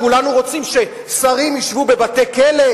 כולנו רוצים ששרים ישבו בבתי-כלא,